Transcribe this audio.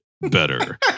better